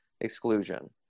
Exclusion